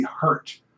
hurt